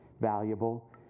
valuable